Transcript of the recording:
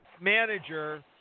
manager